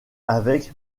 avec